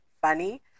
funny